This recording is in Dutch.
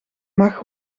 mag